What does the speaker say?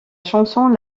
chanson